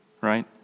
right